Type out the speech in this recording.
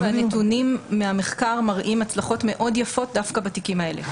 הנתונים מהמחקר מראים הצלחות מאוד יפות דווקא בתיקים האלה.